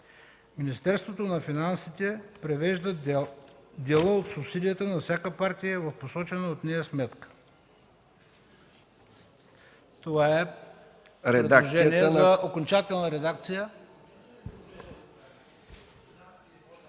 Министерството на финансите превежда дела от субсидията за всяка партия в посочена от нея сметка.”